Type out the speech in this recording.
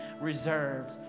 reserved